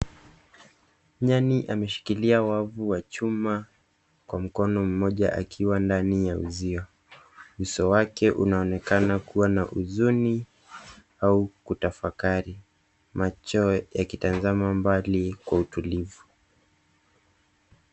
Nyani ameshikilia wavu wa chuma kwa mkono mmoja akiwa ndani ya uzio. Uso wake unaonekana kuwa na huzuni au kutafakari, macho yakitazama mbali kwa utulivu.